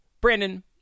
brandon